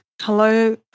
Hello